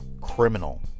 criminal